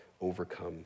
overcome